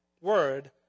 word